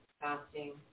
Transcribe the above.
fasting